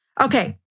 Okay